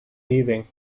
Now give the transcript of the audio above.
leaving